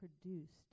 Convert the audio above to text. produced